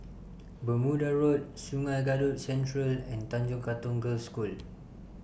Bermuda Road Sungei Kadut Central and Tanjong Katong Girls' School